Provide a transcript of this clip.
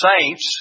saints